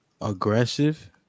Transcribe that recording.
aggressive